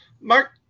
Mark